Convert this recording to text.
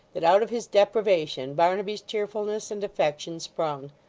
that out of his deprivation barnaby's cheerfulness and affection sprung!